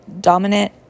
dominant